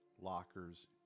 lockers